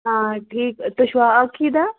آ ٹھیٖک تُہۍ چھُوا اَلخیٖدہ